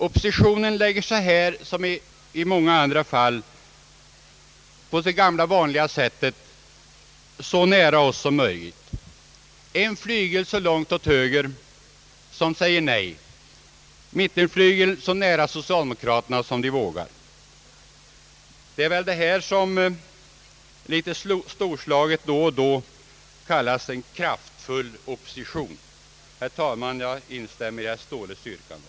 Oppositionen lägger sig här, som i så många andra fall, på det gamla vanliga sättet så nära oss som möjligt; en flygel långt åt höger säger nej, medan mittenflygeln går så nära socialdemokraterna som den vågar. Det är väl detta som litet storslaget då och då kallas kraftfull opposition. Herr talman, jag instämmer i herr Ståhles yrkande.